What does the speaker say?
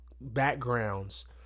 backgrounds